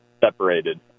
separated